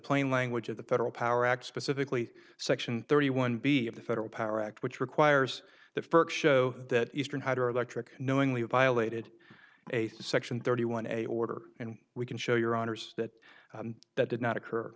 plain language of the federal power act specifically section thirty one b of the federal power act which requires that first show that eastern hydroelectric knowingly violated a section thirty one a order and we can show your honour's that that did not occur